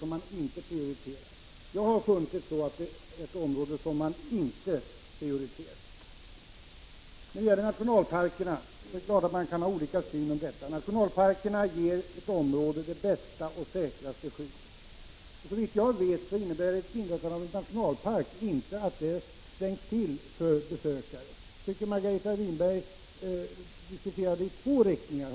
Jag har funnit att det är ett område som man inte prioriterar. Man kan ha olika syn på nationalparker. Att ett område blir nationalpark ger det bästa och säkraste skyddet. Och så vitt jag vet innebär inrättandet av en nationalpark inte att området stängs för besökare. Jag tycker att Margareta Winberg diskuterade i två olika riktningar.